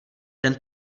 ten